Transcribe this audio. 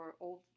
old